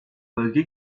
bölge